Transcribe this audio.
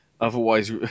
Otherwise